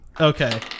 Okay